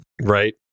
right